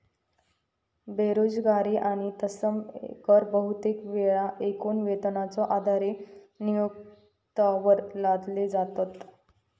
बेरोजगारी आणि तत्सम कर बहुतेक येळा एकूण वेतनाच्यो आधारे नियोक्त्यांवर लादले जातत